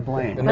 playing.